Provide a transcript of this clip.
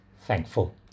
thankful